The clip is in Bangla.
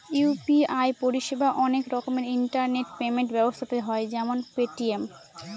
ইউ.পি.আই পরিষেবা অনেক রকমের ইন্টারনেট পেমেন্ট ব্যবস্থাতে হয় যেমন পেটিএম